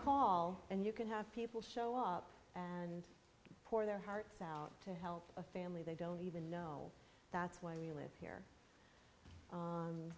call and you can have people show up and pour their hearts out to help a family they don't even know that's why we live here